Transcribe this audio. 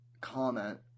comment